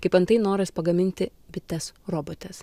kaip antai noras pagaminti bites robotes